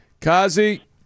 Kazi